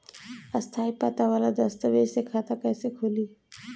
स्थायी पता वाला दस्तावेज़ से खाता कैसे खुली?